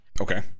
okay